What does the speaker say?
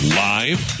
live